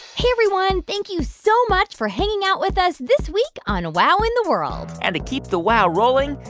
hey, everyone. thank you so much for hanging out with us this week on wow in the world and to keep the wow rolling,